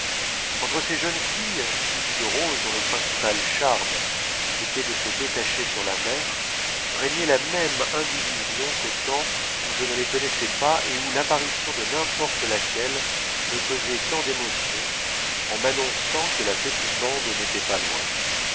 entre ces jeunes filles tiges de roses dont le principal charme était de se détacher sur la mer régnait la même indivision qu'au temps où je ne les connaissais pas et où l'apparition de n'importe laquelle me causait tant d'émotion en m'annonçant que la petite bande n'était pas loin